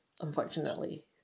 unfortunately